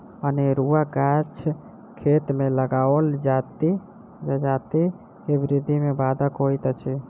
अनेरूआ गाछ खेत मे लगाओल जजाति के वृद्धि मे बाधक होइत अछि